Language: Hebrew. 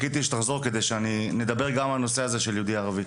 חיכיתי שתחזור כדי שנדבר גם על הנושא של יהודים-ערבים.